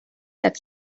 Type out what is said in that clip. that